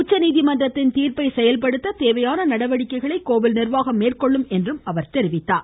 உச்சநீதிமன்றத்தின் தீாப்பை செயல்படுத்த தேவையான நடவடிக்கைகளை கோவில் நிர்வாகம் மேற்கொள்ளும் என்றும் கூறினார்